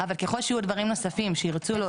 אבל ככל שיהיו דברים נוספים שירצו להוסיף.